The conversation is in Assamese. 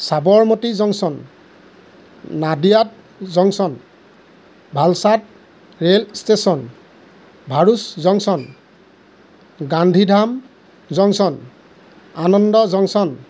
Sabarmati junction Nadiad junction Valsad rail station Bharuch junction Gandhidham junction Anand junction